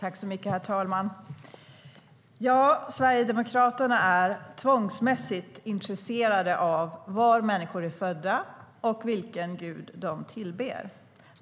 Herr talman! Sverigedemokraterna är tvångsmässigt intresserade av var människor är födda och vilken gud de tillber.